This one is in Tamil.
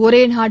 ஒரே நாடு